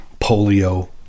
polio